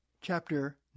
chapter